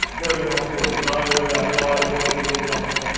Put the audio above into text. very inhospitable, no biodiversity lived on it.